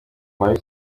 mabi